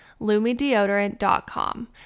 lumideodorant.com